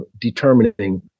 determining